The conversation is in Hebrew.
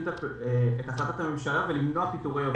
את החלטת הממשלה ולמנוע פיטורי עובדים.